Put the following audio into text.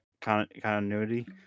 continuity